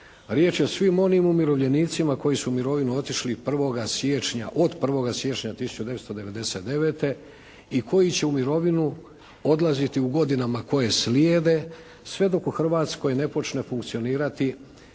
Riječ je o svim onim umirovljenicima koji su u mirovinu otišli od 1. siječnja 1999. i koji će u mirovinu odlaziti u godinama koje slijede sve dok u Hrvatskoj ne počne funkcionirati